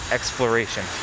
Exploration